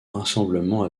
rassemblement